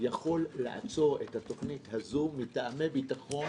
יכול לעצור את התוכנית הזו מטעמי ביטחון